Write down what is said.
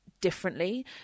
differently